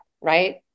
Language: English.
right